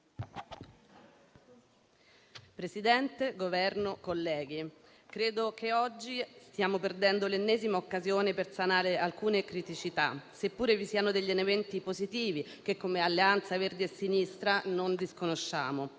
Presidente, Governo, colleghi, credo che oggi stiamo perdendo l'ennesima occasione per sanare alcune criticità, seppure vi siano degli elementi positivi che, come Alleanza Verdi e Sinistra, non disconosciamo.